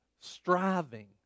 striving